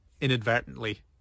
inadvertently